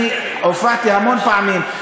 אני הופעתי המון פעמים.